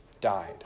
died